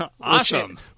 Awesome